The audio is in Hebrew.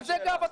על זה גאוותנו.